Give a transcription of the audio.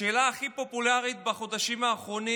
השאלה הכי פופולרית בחודשים האחרונים,